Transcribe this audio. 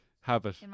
habit